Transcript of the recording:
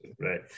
Right